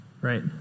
Right